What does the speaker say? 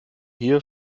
hier